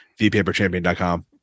vpaperchampion.com